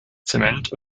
zement